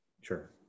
Sure